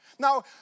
Now